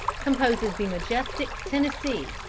composes the majestic tennessee,